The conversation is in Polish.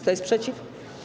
Kto jest przeciw?